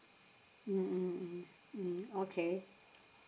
mm mm mm mm okay